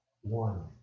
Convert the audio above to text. one